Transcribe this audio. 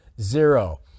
Zero